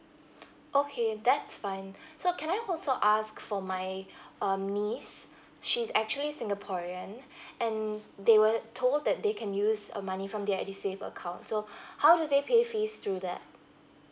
okay that's fine so can I also ask for my um niece she's actually singaporean and they were told that they can use uh money from their edusave account so how do they pay fees through that